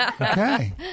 Okay